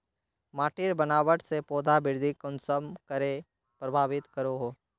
माटिर बनावट से पौधा वृद्धि कुसम करे प्रभावित करो हो?